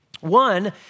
One